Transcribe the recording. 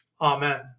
Amen